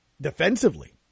defensively